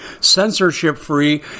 censorship-free